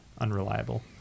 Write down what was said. unreliable